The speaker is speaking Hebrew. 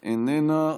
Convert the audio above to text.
איננה,